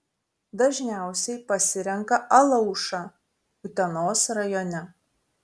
dažniausiai pasirenka alaušą utenos rajone